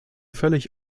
völlig